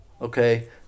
Okay